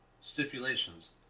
Stipulations